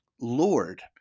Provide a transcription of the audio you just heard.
Lord